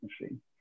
machine